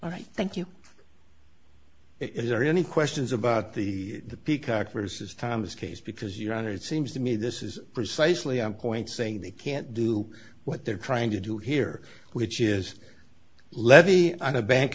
right thank you is there any questions about the peacock versus thomas case because your honor it seems to me this is precisely on point saying they can't do what they're trying to do here which is levy on a bank